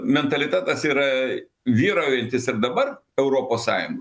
mentalitetas yra vyraujantis ir dabar europos sąjungoj